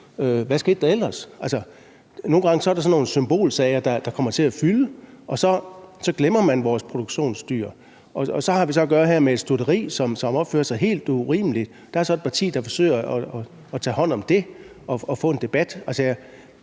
hvad skete der ellers? Nogle gange er det sådan nogle symbolsager, der kommer til at fylde, og så glemmer man vores produktionsdyr. Her har vi så at gøre med et stutteri, som opfører sig helt urimeligt. Der er så et parti, der forsøger at tage hånd om det og få en debat.